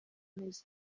neza